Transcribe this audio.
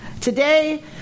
today